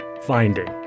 finding